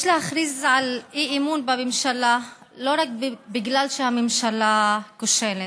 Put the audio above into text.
יש להכריז על אי-אמון בממשלה לא רק כי הממשלה כושלת,